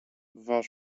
var